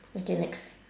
okay next